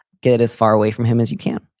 get as far away from him as you can.